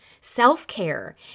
self-care